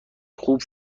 خوب